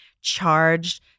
charged